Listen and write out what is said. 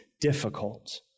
difficult